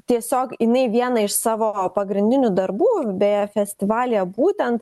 tiesiog imi vieną iš savo pagrindinių darbų beje festivalyje būtent